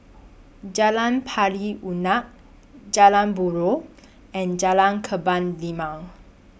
Jalan Pari Unak Jalan Buroh and Jalan Kebun Limau